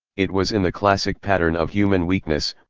it was in the classic pattern of human weakness,